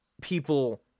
people